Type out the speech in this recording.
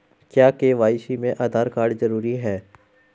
क्या के.वाई.सी में आधार कार्ड जरूरी है?